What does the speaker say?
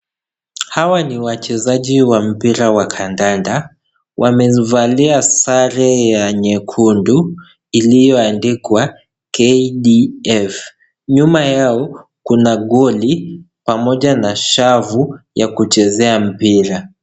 Hawa ni wachezaji wa mpira wa kandanda wamevalia sare ya nyekundu iliyoandikwa KDF nyuma yao kuna goli pamoja na shafu ya kuchezea mpira.